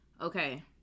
Okay